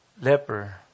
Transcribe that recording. leper